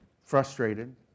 frustrated